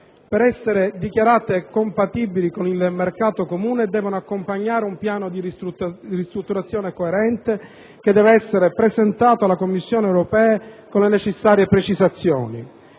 per essere dichiarati compatibili con il mercato comune, devono accompagnare un piano di ristrutturazione coerente, che deve essere presentato alla Commissione europea con le necessarie precisazioni.